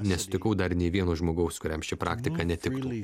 nesutikau dar nė vieno žmogaus kuriam ši praktika netiktų